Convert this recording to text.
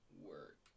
work